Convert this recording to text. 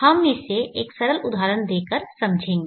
हम इसे एक सरल उदाहरण देकर समझेंगे